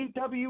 AW